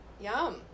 Yum